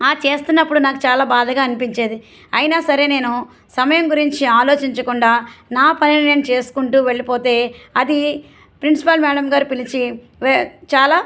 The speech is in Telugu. చేస్తున్నప్పుడు నాకు చాలా బాధగా అనిపించేది అయినా సరే నేను సమయం గురించి ఆలోచించకుండా నా పని నేను చేసుకుంటూ వెళ్ళిపోతే అది ప్రిన్సిపాల్ మ్యాడమ్ గారు పిలిచి చాలా